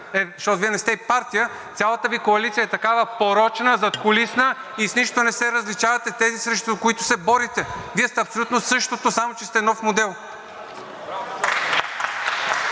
защото Вие не сте и партия, цялата Ви коалиция е такава порочна, задкулисна и с нищо не се различавате от тези, срещу които се борите. Вие сте абсолютно същото, само че сте нов модел.